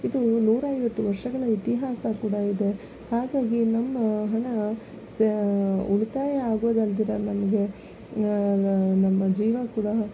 ಇದು ನೂರೈವತ್ತು ವರ್ಷಗಳ ಇತಿಹಾಸ ಕೂಡ ಇದೆ ಹಾಗಾಗಿ ನಮ್ಮ ಹಣ ಸಾ ಉಳಿತಾಯ ಆಗೋದಲ್ದಿರ ನಮಗೆ ನಮ್ಮ ಜೀವ ಕೂಡ